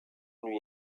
lui